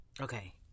Okay